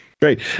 Great